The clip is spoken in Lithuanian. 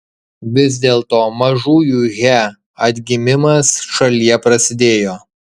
vis dėlto mažųjų he atgimimas šalyje prasidėjo